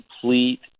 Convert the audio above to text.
complete